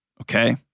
okay